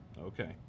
Okay